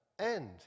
end